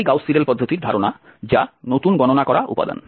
এটাই Gauss Seidel পদ্ধতির ধারণা যা নতুন গণনা করা উপাদান